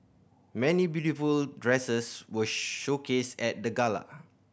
many beautiful dresses were showcased at the gala